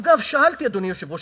אגב, שאלתי, אדוני היושב-ראש.